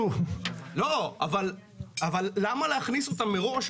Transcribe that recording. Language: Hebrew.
לא, אבל למה להכניס אותם מראש?